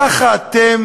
ככה אתם